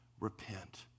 repent